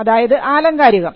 അതായത് ആലങ്കാരികം